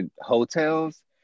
Hotels